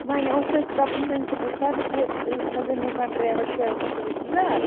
وۅنۍ اوس اَسہِ دَپان پرٛنسپُل سَر کہِ تہٕ تُہۍ ما زٲنۍہوٗن کانٛہہ ڈرایوَر شیوَر ما چھُو رِشتہٕ دار